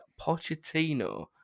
Pochettino